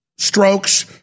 Strokes